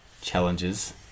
challenges